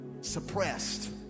suppressed